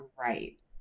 right